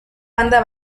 banda